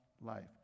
life